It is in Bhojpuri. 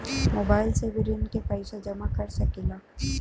मोबाइल से भी ऋण के पैसा जमा कर सकी ला?